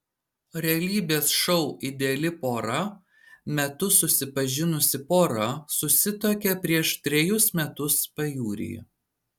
realybės šou ideali pora metu susipažinusi pora susituokė prieš trejus metus pajūryje